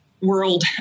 world